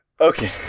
Okay